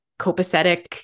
copacetic